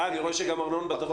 לשחרר מצעד שהולכים יהיה מאוד קשה.